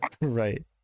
Right